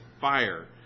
fire